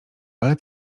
ale